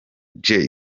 jay